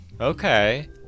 Okay